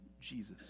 Jesus